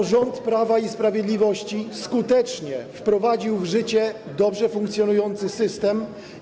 To rząd Prawa i Sprawiedliwości skutecznie wprowadził w życie dobrze funkcjonujący system.